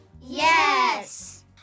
Yes